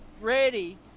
ready